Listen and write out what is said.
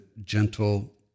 gentle